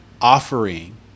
offering